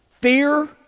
fear